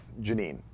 Janine